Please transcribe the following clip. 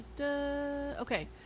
Okay